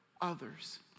others